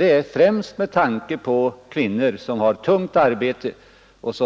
Det är främst för att kvinnor som på grund av tungt arbete